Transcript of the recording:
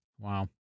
Wow